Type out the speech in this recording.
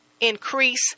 Increase